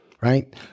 right